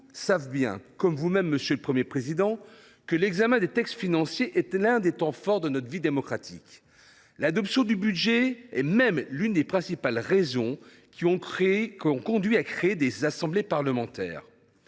savons bien, monsieur le Premier président, que l’examen des textes financiers est l’un des temps forts de notre vie démocratique. L’adoption du budget est même l’une des principales raisons qui ont conduit à créer des assemblées parlementaires.